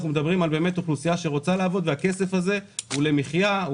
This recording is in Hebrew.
אנחנו מדברים על אוכלוסייה שרוצה לעבוד והכסף הזה הוא למחייה,